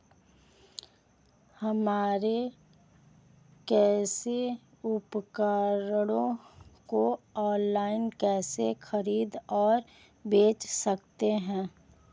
हम कृषि उपकरणों को ऑनलाइन कैसे खरीद और बेच सकते हैं?